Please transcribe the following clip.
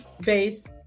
base